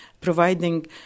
providing